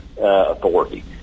authority